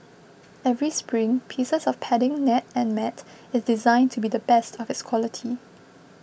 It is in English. every spring piece of padding net and mat is designed to be the best of its quality